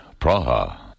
Praha